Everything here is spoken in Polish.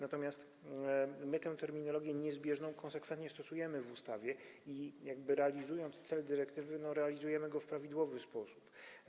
Natomiast my tę terminologię niezbieżną konsekwentnie stosujemy w ustawie i realizując cel dyrektywy, realizujemy go w prawidłowy sposób.